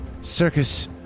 Circus